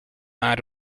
out